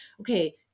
okay